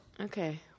Okay